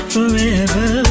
Forever